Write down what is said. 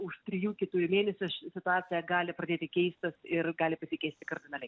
už trijų keturių mėnesių ši situacija gali pradėti keistis ir gali pasikeisti kardinaliai